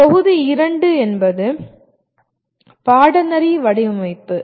தொகுதி 2 என்பது "பாடநெறி வடிவமைப்பு"